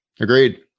Agreed